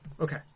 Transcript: Okay